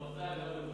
המפד"ל גם היו.